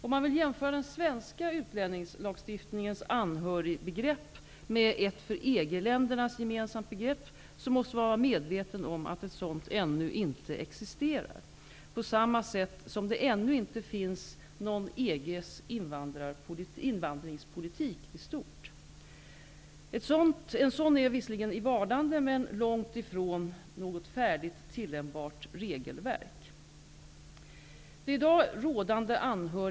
Om man vill jämföra den svenska utlänningslagstiftningens anhörigbegrepp med ett för EG-länderna gemensamt begrepp, måste man vara medveten om att ett sådant ännu inte existerar, på samma sätt som det ännu inte finns någon ''EG:s invandringspolitik'' i stort. En sådan är visserligen i vardande men långt ifrån något färdigt, tillämpbart regelverk.